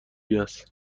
است